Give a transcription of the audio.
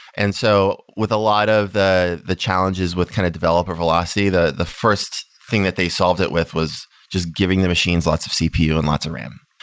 and so with a lot of the the challenges with kind of developer velocity, the the first thing that they solved it with was just giving the machines lots of cpu and lots of ram.